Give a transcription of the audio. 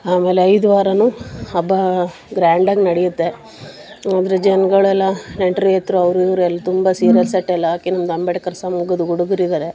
ಆಮೇಲೆ ಐದು ವಾರವೂ ಹಬ್ಬ ಗ್ರ್ಯಾಂಡಾಗಿ ನಡೆಯುತ್ತೆ ಆದರೆ ಜನಗಳೆಲ್ಲ ನೆಂಟರು ಏತ್ರು ಅವರು ಇವರು ಎಲ್ಲ ತುಂಬ ಸೀರಿಯಲ್ ಸೆಟ್ಟೆಲ್ಲ ಹಾಕಿ ನಮ್ದು ಅಂಬೇಡ್ಕರ್ ಸಂಘದ ಹುಡ್ಗರಿದ್ದಾರೆ